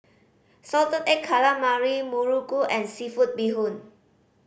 salted egg calamari muruku and seafood bee hoon